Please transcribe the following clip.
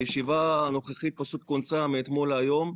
הישיבה הנוכחית כונסה מאתמול להיום,